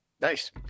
nice